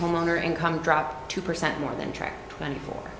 homeowner income dropped two percent more than track twenty four